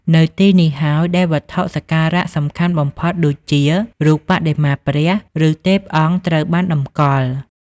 នៅទីនេះហើយដែលវត្ថុសក្ការៈសំខាន់បំផុតដូចជារូបបដិមាព្រះ ឬទេពអង្គត្រូវបានតម្កល់។